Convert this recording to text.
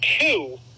two